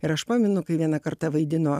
ir aš pamenu kai vieną kartą vaidino